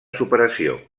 superació